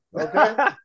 Okay